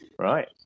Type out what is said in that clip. Right